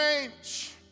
change